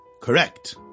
Correct